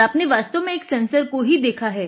और आपने वास्तव में एक सेंसर को ही देखा है